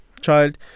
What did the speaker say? child